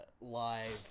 live